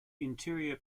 interior